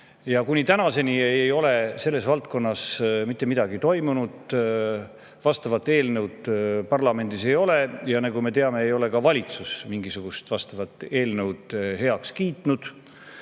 Kuni tänaseni ei ole selles valdkonnas mitte midagi toimunud. Vastavat eelnõu parlamendis ei ole ja nagu me teame, ei ole valitsus ka mingisugust sellist eelnõu heaks kiitnud.